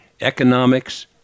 economics